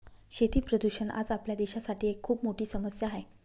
शेती प्रदूषण आज आपल्या देशासाठी एक खूप मोठी समस्या आहे